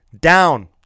down